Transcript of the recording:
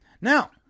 Now